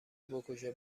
بکشه